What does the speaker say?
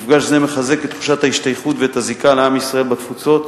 מפגש זה מחזק את תחושת ההשתייכות ואת הזיקה לעם ישראל בתפוצות,